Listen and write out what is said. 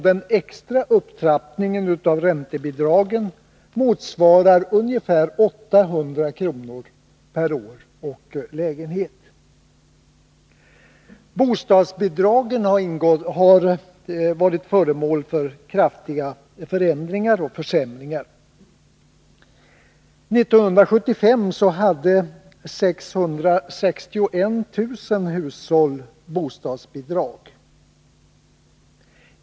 Den extra upptrappningen av räntebidragen motsvarar ungefär 800 kr. per år och lägenhet. Bostadsbidragen har varit föremål för kraftiga förändringar och försämringar. År 1975 hade 661 000 hushåll bostadsbidrag.